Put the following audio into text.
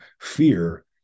fear